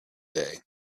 day